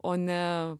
o ne